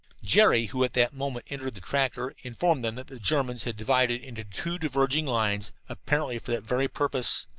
jerry, who at that moment entered the tractor, informed them that the germans had divided into two diverging lines, apparently for that very purpose.